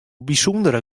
bysûndere